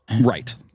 Right